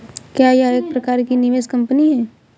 क्या यह एक प्रकार की निवेश कंपनी है?